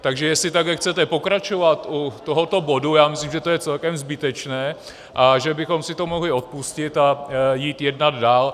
Takže jestli takhle chcete pokračovat u tohoto bodu, já myslím, že to je celkem zbytečné a že bychom si to mohli odpustit a jít jednat dál.